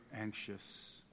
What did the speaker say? anxious